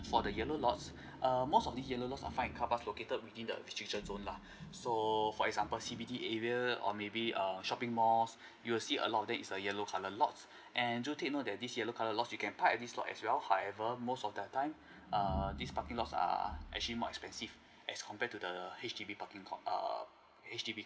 for the yellow lots err most of the yellow lots are find in car parks located within the restricted zone lah so for example C_B_D area or maybe err shopping malls you will see a lot of there is a yellow colour lots and do take note that this yellow colour lots you can park at this lot as well however most of the time err this parking lots are actually more expensive as compare to the H_D_B parking kot err H_D_B